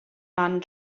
man